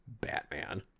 Batman